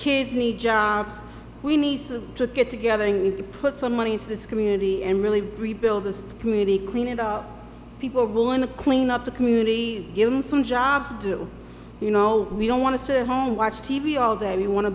kids need jobs we need to get together and put some money into this community and really rebuild this community clean it up people are willing to clean up the community give him from jobs do you know we don't want to sit home watch t v all day we want to